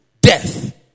death